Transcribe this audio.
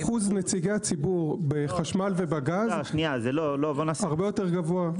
אחוז נציגי הציבור בחשמל ובגז הרבה יותר גבוה.